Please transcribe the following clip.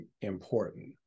important